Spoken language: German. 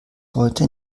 heute